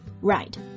Right